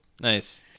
Nice